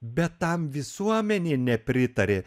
bet tam visuomenė nepritarė